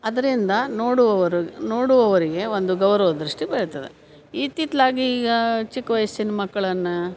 ಅದರಿಂದ ನೋಡುವವರು ನೋಡುವವರಿಗೆ ಒಂದು ಗೌರವ ದೃಷ್ಟಿ ಬೆಳಿತದೆ ಇತ್ತಿತ್ಲಾಗೆ ಈಗ ಚಿಕ್ಕ ವಯಸ್ಸಿನ ಮಕ್ಕಳನ್ನ